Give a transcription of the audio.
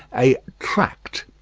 a tract.